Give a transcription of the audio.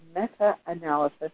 meta-analysis